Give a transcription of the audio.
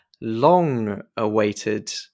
long-awaited